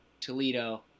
Toledo